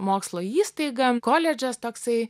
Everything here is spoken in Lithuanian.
mokslo įstaiga koledžas toksai